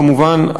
כמובן,